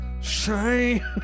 Shame